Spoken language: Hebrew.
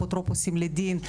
אפוטרופוסים לדין,